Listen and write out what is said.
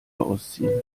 ausziehen